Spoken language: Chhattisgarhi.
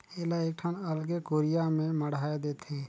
एला एकठन अलगे कुरिया में मढ़ाए देथे